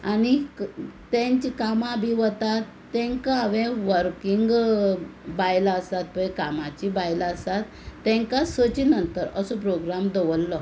आनीक तांचे कामा बी वतात तांकां हांवें वर्कींग बायलां आसात पळय कामाचीं बायलां आसात तांकां सचे नंतर असो प्रोग्राम दवरलो